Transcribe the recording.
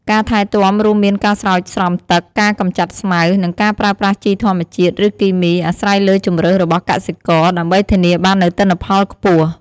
ការថែទាំរួមមានការស្រោចស្រពទឹក ការកម្ចាត់ស្មៅ និងការប្រើប្រាស់ជីធម្មជាតិ ឬគីមី អាស្រ័យលើជម្រើសរបស់កសិករ ដើម្បីធានាបាននូវទិន្នផលខ្ពស់។